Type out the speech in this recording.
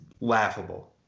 laughable